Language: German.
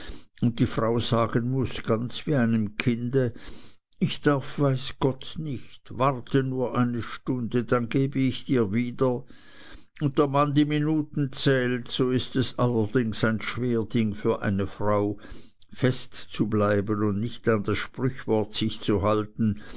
und die frau sagen muß ganz wie einem kinde ich darf weiß gott nicht warte nur eine stunde dann gebe ich dir wieder und der mann die minuten zählt so ist es allerdings ein schwer ding für eine frau fest zu bleiben und nicht an das sprüchwort sich zu halten